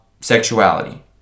sexuality